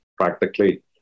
practically